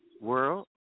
world